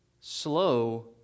Slow